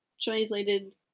Translated